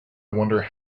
wonder